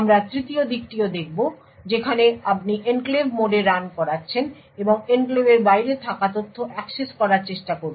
আমরা তৃতীয় দিকটিও দেখব যেখানে আপনি এনক্লেভ মোডে রান করাচ্ছেন এবং এনক্লেভের বাইরে থাকা তথ্য অ্যাক্সেস করার চেষ্টা করছেন